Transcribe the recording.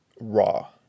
raw